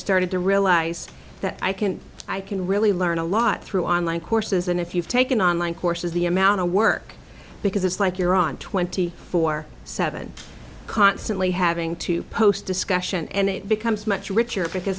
started to realise that i can i can really learn a lot through online courses and if you've taken on my courses the amount of work because it's like you're on twenty four seventh's constantly having to post discussion and it becomes much richer because